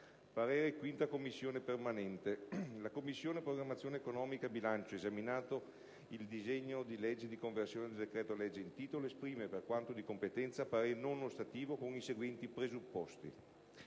parere non ostativo». «La Commissione programmazione economica, bilancio, esaminato il disegno di legge di conversione del decreto-legge in titolo, esprime, per quanto di competenza, parere non ostativo, con i seguenti presupposti: